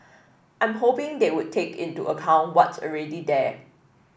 I'm hoping they would take into account what's already there